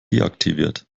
deaktiviert